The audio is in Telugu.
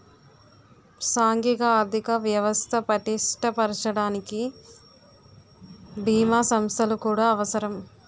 సాంఘిక ఆర్థిక వ్యవస్థ పటిష్ట పరచడానికి బీమా సంస్థలు కూడా అవసరం